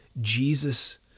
Jesus